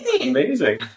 Amazing